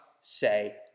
say